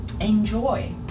enjoy